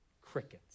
Crickets